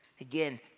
again